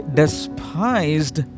despised